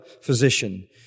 physician